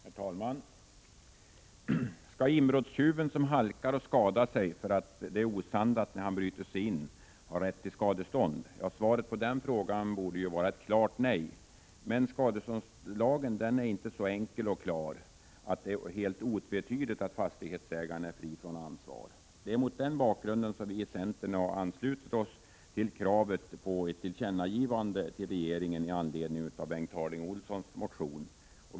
Herr talman! Skall inbrottstjuven som halkar och skadar sig därför att det är osandat där han bryter sig in ha rätt till skadestånd? Svaret på den frågan borde vara ett klart nej. Men skadeståndslagen är inte så enkel och klar att det är helt otvetydigt att fastighetsägaren är fri från ansvar. Mot denna bakgrund har vi i centern anslutit oss till Bengt Harding Olsons motion med krav på tillkännagivande till regeringen.